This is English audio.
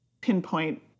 pinpoint